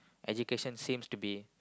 education seems to be